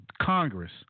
Congress